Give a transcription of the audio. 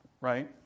right